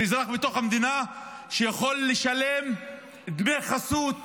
ואזרח בתוך המדינה יכול לשלם דמי חסות